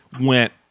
went